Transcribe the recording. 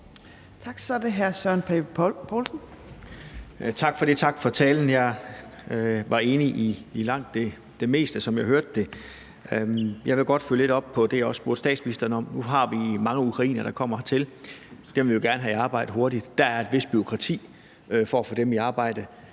Tak for det. Og tak for talen. Jeg var enig i langt det meste, som jeg hørte det. Jeg vil godt følge lidt op på det, jeg også spurgte statsministeren om. Nu har vi mange ukrainere, der kommer hertil; dem vil vi jo gerne have i arbejde hurtigt; der er et vist bureaukrati for at få dem i arbejde.